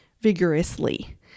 vigorously